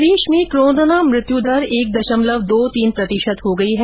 प्रदेश में कोरोना मृत्यु दर एक दशमलव दो तीन प्रतिशत हो गई है